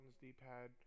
D-pad